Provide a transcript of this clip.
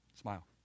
Smile